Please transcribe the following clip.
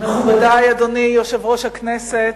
מכובדי אדוני יושב-ראש הכנסת,